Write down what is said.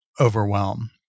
overwhelm